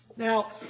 Now